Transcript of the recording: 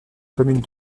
communes